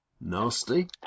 nasty